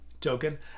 token